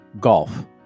golf